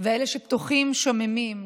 ואלה שפתוחים, שוממים.